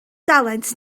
dalent